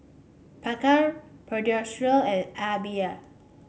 Picard Pediasure and AIBI